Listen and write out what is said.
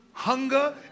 hunger